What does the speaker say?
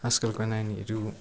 आजकलको नानीहरू